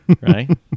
right